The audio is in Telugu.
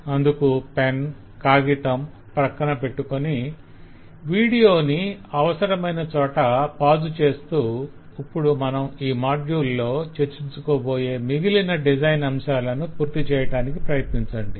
అందుకు పెన్ కాగితం ప్రక్కన పెట్టుకొని వీడియోని అవసరమైనచోట పాజు చేస్తూ ఇప్పుడు మనం ఈ మాడ్యుల్ లో చర్చించుకోబోయే మిగిలిన డిజైన్ అంశాలను పూర్తిచేయటానికి ప్రయత్నించండి